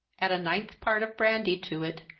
add a ninth part of brandy to it,